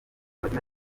mazina